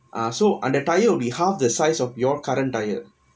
ah so the tyre will be half the size of your current tyre